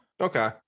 Okay